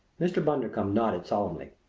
mr. bundercombe nodded solemnly.